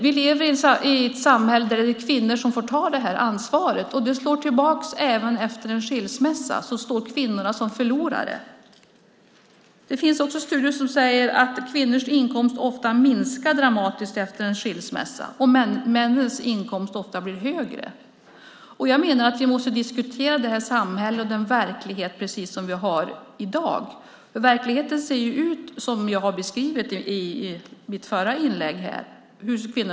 Vi lever i ett samhälle där det är kvinnor som får ta det här ansvaret. Det slår tillbaka även efter en skilsmässa. Då står kvinnorna som förlorare. Det finns också studier som säger att kvinnors inkomst ofta minskar dramatiskt efter en skilsmässa och att männens inkomst ofta blir högre. Jag menar att vi måste diskutera det samhälle och den verklighet vi har i dag. Verkligheten och kvinnors situation ser ju ut precis som jag har beskrivit den i mitt förra inlägg.